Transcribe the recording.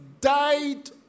died